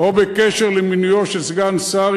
"או בקשר למינויו של סגן שר,